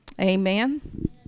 amen